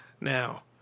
Now